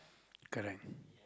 correct